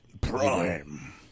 Prime